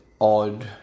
odd